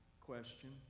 question